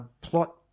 plot